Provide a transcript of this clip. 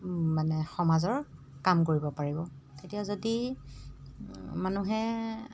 মানে সমাজৰ কাম কৰিব পাৰিব এতিয়া যদি মানুহে